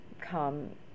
come